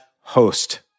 host